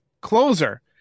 closer